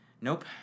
Nope